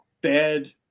bad